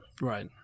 Right